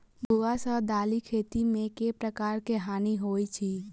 भुआ सँ दालि खेती मे केँ प्रकार केँ हानि होइ अछि?